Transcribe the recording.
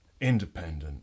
independent